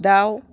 दाउ